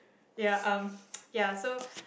ya um ya so